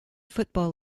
football